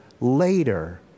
later